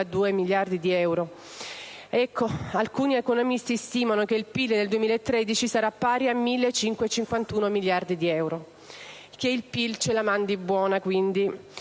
miliardi di euro. Ecco, alcune economisti stimano che il PIL per il 2013 sarà pari a 1.551 miliardi di euro. Che il PIL ce la mandi buona,